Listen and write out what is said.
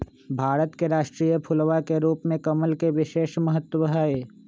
भारत के राष्ट्रीय फूलवा के रूप में कमल के विशेष महत्व हई